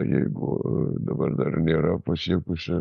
jeigu dabar dar nėra pasiekusi